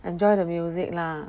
enjoy the music lah